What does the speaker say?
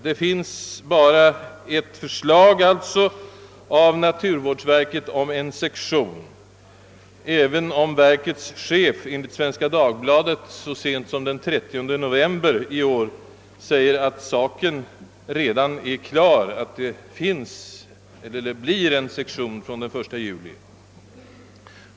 Det föreligger således bara ett förslag från naturvårdsverket om inrättande av en sektion, även om verkets chef enligt Svenska Dagbladet så sent som den 30 november i år uttalat att det redan är klart att denna sektion kommer att inrättas den 1 juli nästa år.